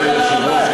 אדוני היושב-ראש,